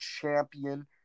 champion